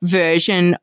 version